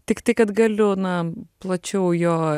tiktai kad galiu na plačiau jo